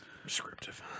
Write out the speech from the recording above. Prescriptive